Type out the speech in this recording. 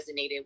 resonated